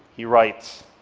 he writes,